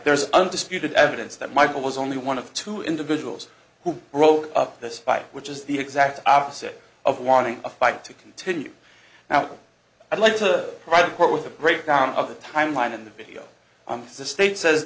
there's undisputed evidence that michael was only one of two individuals who wrote this fight which is the exact opposite of wanting a fight to continue now i'd like to try to court with the breakdown of the timeline in the video on the state says